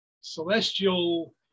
celestial